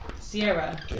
Sierra